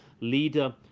leader